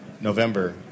November